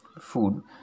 food